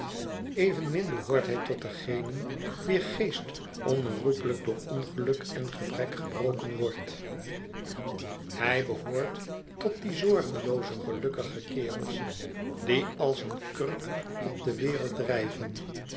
evenmin behoort hij tot degenen wier geest onherroepelijk door ongeluk en gebrek gebroken wordt hij behoort tot die zorgelooze gelukkige kerels die als een kurk op de wereld drijven